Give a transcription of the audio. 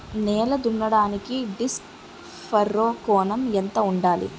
నేల దున్నడానికి disc furrow కోణం ఎంత ఉండాలి?